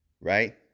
right